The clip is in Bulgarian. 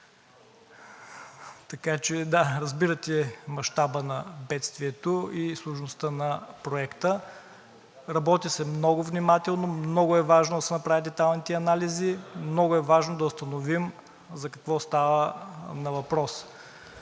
Така че – да, разбирате мащаба на бедствието и сложността на Проекта. Работи се много внимателно. Много е важно да се направят детайлните анализи. Много е важно да установим за какво става въпрос.